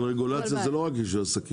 אבל רגולציה זה לא רק בשביל עסקים.